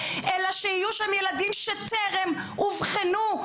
אלא שיהיו שם ילדים שטרם אובחנו,